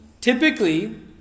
typically